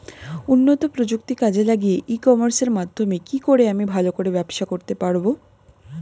উন্নত প্রযুক্তি কাজে লাগিয়ে ই কমার্সের মাধ্যমে কি করে আমি ভালো করে ব্যবসা করতে পারব?